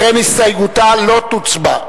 לכן הסתייגותה לא תוצבע.